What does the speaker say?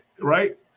Right